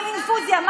עם אינפוזיה,